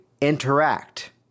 interact